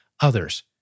others